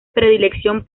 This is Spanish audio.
predilección